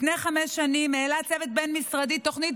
לפני חמש שנים העלה צוות בין-משרדי תוכנית